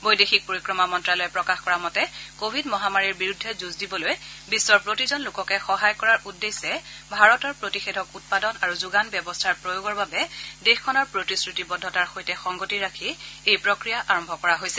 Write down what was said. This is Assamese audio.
বৈদেশিক পৰিক্ৰমা মন্ত্যালয়ে প্ৰকাশ কৰা মতে কৰিড মহামাৰীৰ বিৰুদ্ধে যুঁজ দিবলৈ বিশ্বৰ প্ৰতিজন লোককে সহায় কৰাৰ উদ্দেশ্যে ভাৰতৰ প্ৰতিষেধক উৎপাদন আৰু যোগান ব্যৱস্থাৰ প্ৰয়োগৰ বাবে দেশখনৰ প্ৰতিশ্ৰতিবদ্ধতাৰ সৈতে সংগতি ৰাখি এই প্ৰক্ৰিয়া আৰম্ভ কৰা হৈছে